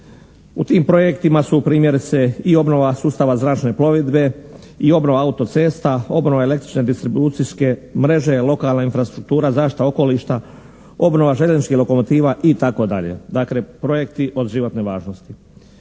U tim projektima su primjerice i obnova sustava zračne plovidbe i obnova autocesta, obnova električne distribucijske mreže, lokalna infrastruktura, zaštita okoliša, obnova željezničkih lokomotiva, itd. Dakle, projekti od životne važnosti.